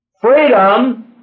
Freedom